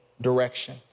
direction